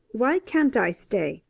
why can't i stay?